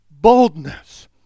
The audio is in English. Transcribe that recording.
boldness